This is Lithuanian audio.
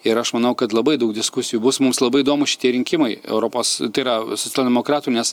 ir aš manau kad labai daug diskusijų bus mums labai įdomūs šitie rinkimai europos tai yra socialdemokratų nes